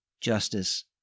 justice